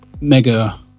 mega